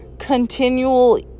continual